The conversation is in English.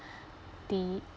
the